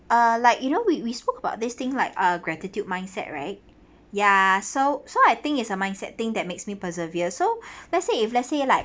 uh like you know we we spoke about this thing like a gratitude mindset right ya so so I think is a mindset thing that makes me persevere so let's say if let's say like